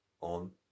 on